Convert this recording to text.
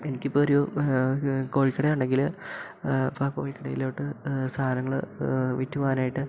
എനിക്കിപ്പൊരു കോഴിക്കട ഉണ്ടെങ്കിൽ ഇപ്പം ആ കോഴിക്കടയിലോട്ട് സാധനങ്ങൾ വിറ്റു പോകാനായിട്ട്